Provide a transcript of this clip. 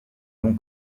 long